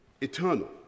eternal